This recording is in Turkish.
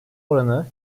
oranı